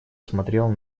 смотрел